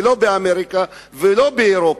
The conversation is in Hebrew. לא באמריקה ולא באירופה,